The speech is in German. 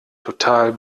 total